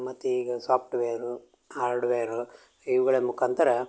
ಮತ್ತು ಈಗ software hardware ಇವುಗಳ ಮುಖಾಂತರ